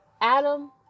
Adam